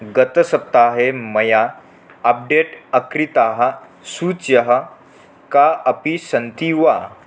गतसप्ताहे मया अप्डेट् अकृताः सूच्यः काः अपि सन्ति वा